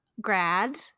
grad